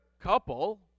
couple